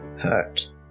hurt